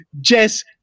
Jess